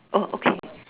oh okay